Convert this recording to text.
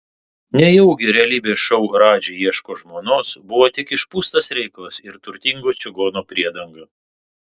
nejaugi realybės šou radži ieško žmonos buvo tik išpūstas reikalas ir turtingo čigono priedanga